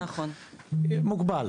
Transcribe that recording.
מוגבלת.